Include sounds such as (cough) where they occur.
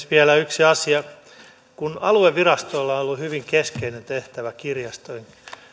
(unintelligible) vielä yksi asia aluevirastoilla on ollut hyvin keskeinen tehtävä kirjastojen